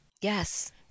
yes